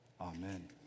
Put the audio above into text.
Amen